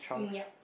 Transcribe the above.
um yup